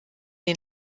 den